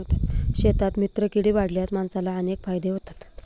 शेतात मित्रकीडी वाढवल्यास माणसाला अनेक फायदे होतात